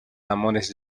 amores